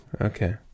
Okay